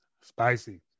Spicy